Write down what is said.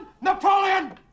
Napoleon